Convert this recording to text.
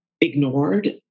ignored